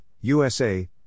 USA